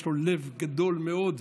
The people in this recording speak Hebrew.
יש לו לב גדול מאוד,